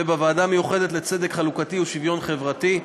בוועדה המיוחדת לצדק חלוקתי ושוויון חברתי,